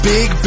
Big